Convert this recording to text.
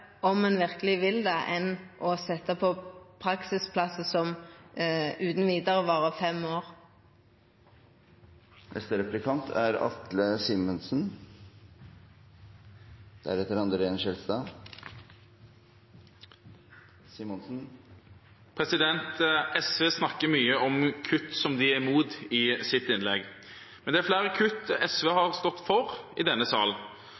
om ein verkeleg vil det, enn om ein har ein praksisplass som utan vidare varar i fem år. SV snakker mye i sine innlegg om kutt som de er imot, men det er flere kutt SV har stått for i denne